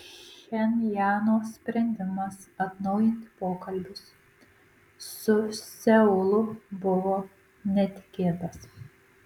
pchenjano sprendimas atnaujinti pokalbius su seulu buvo netikėtas